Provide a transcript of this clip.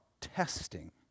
testing